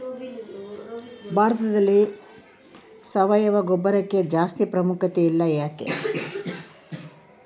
ಭಾರತದಲ್ಲಿ ಸಾವಯವ ಗೊಬ್ಬರಕ್ಕೆ ಜಾಸ್ತಿ ಪ್ರಾಮುಖ್ಯತೆ ಇಲ್ಲ ಯಾಕೆ?